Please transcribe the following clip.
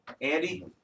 Andy